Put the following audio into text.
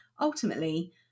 ultimately